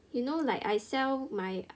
you know like I sell my